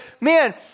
man